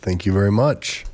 thank you very much